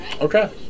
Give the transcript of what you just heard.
okay